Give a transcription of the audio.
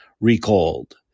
recalled